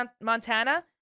Montana